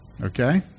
Okay